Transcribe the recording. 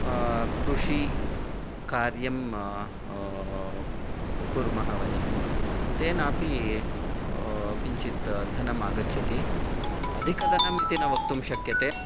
कृषिकार्यं कुर्मः वयम् तेनापि किंचित् धनमागच्छति अधिकधनमिति न वक्तुं न शक्यते